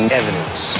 evidence